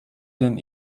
denn